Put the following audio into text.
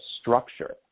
structure